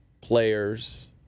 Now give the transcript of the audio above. players